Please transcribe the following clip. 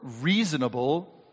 reasonable